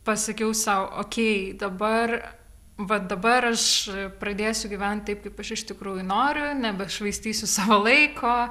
pasakiau sau okei dabar va dabar aš pradėsiu gyvent taip kaip aš iš tikrųjų noriu nebešvaistysiu savo laiko